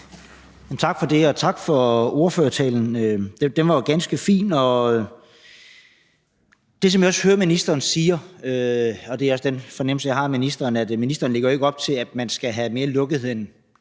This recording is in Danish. Tak for det, og tak for talen. Den var jo ganske fin. Det, som jeg hører ministeren sige – og det er også den fornemmelse, jeg har af ministeren – er, at ministeren ikke lægger op til, at man skal have mere lukkethed end